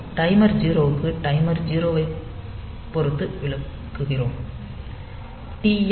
timer 0 க்கு timer 0 ஐப் பொறுத்து விளக்குகிறோம்